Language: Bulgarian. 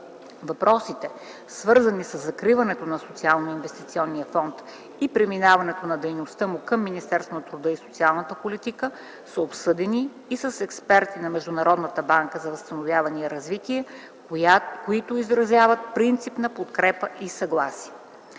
Въпросите, свързани със закриването на Социалноинвестиционния фонд и преминаването на дейността му към Министерството на труда и социалната политика, са обсъдени и с експерти на Международната банка за възстановяване и развитие, които изразяват принципна подкрепа и съгласие.